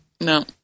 No